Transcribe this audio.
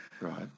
Right